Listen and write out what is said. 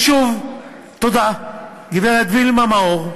ושוב, תודה, גברת וילמה מאור,